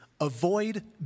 avoid